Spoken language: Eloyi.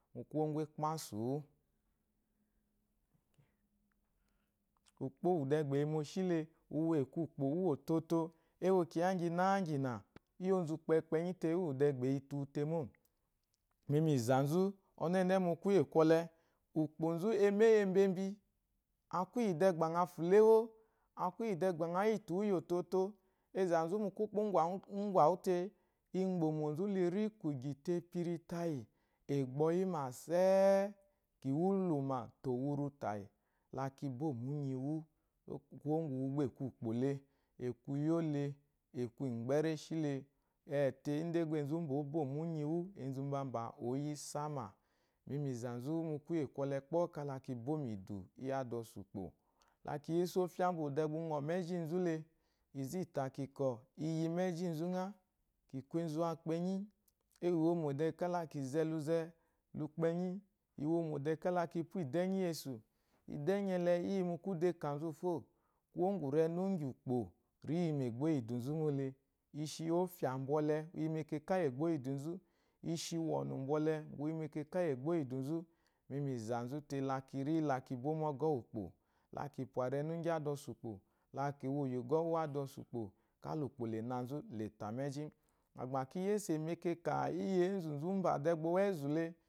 Mu kuwo igwu ekpansu wu. ukpo de beyi moshi le ukpo uwotot ewo kiya nyinagyina eyinonzu okpenyi de uwu de be yi te uwu lemo mi zanzu onene mu kuye kwole ukponzu emeyi mebi mebi akuye de ba ngha fulo ewo, iyi de gba iyihye iyototo ezanzu mu kwupu ngwawute igbo mozu liri kugyi te epiri tayi egboyi ma sei iwuluma te owuric tayi ka ki bo mu unyiwu kuwo ngu uwu aku ukpo le, aku iyole aku ugbeleshi, ate idaigha enzu umba bomu nyi wu, enzu bamba oyi isama, miyi zansu mu kuye kwole kpoo kala ki bo mu idu iyi adaosu ukpo la lyse ofya mu bwokon uta muejile, inze ita ikyiko igi mu eji ngha aikinku enzu wa kpenyi iwomo de kala kipu iduenyi iduenyi ele uji mu nekakanzo fo kuwo renu ukpo kiyi mu egbo iyi iduzu mole, ishi ɔfya bwole iyi mekaka iyi egbo iyi idunzu, ishi wɔnu bwɔle uyi mekaka yi egbo iyi idanzu mi yizansu te la kiri la kimbo muɔgɔ kpo, la kiyi ugɔ uwu adaosu ukpo ka ukpo ka ukpo la nanzu kili ita meji ba kiyesse mekake yi enzu zu bwa owenzu le.